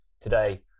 today